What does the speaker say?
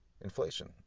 inflation